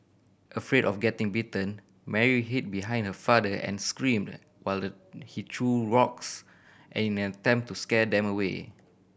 afraid of getting bitten Mary hid behind her father and screamed while he threw rocks in an attempt to scare them away